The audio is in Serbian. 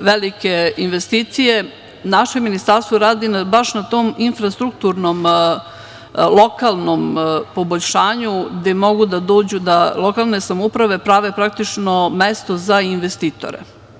velike investicije, baš na tom infrastrukturnom lokalnom poboljšanju gde mogu lokalne samouprave da dođu i da prave praktično mesto za investitore.